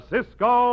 Cisco